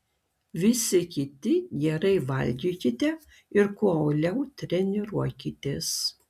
visi kiti gerai valgykite ir kuo uoliau treniruokitės